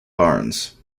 barnes